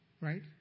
right